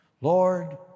Lord